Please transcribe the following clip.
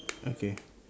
okay